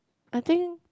I think